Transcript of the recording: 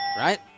Right